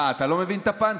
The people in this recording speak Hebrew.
מה, אתה לא מבין את הפאנץ'?